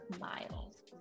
Miles